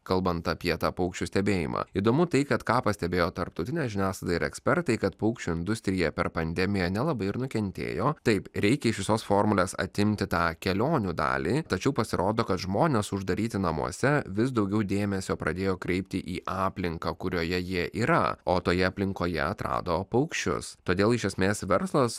kalbant apie tą paukščių stebėjimą įdomu tai kad ką pastebėjo tarptautinė žiniasklaida ir ekspertai kad paukščių industrija per pandemiją nelabai ir nukentėjo taip reikia iš visos formulės atimti tą kelionių dalį tačiau pasirodo kad žmonės uždaryti namuose vis daugiau dėmesio pradėjo kreipti į aplinką kurioje jie yra o toje aplinkoje atrado paukščius todėl iš esmės verslas